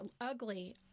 ugly